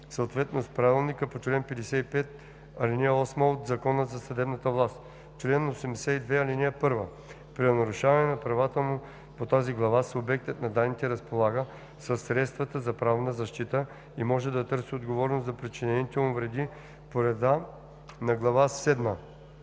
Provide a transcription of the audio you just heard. съответно с правилника по чл. 55, ал. 8 от Закона за съдебната власт. Чл. 82. (1) При нарушаване на правата му по тази глава субектът на данните разполага със средствата за правна защита и може да търси отговорност за причинените му вреди по реда на глава